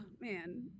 man